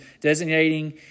designating